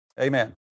Amen